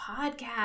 podcast